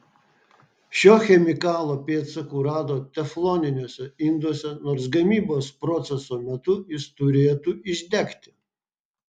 šio chemikalo pėdsakų rado tefloniniuose induose nors gamybos proceso metu jis turėtų išdegti